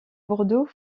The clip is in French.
bordeaux